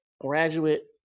graduate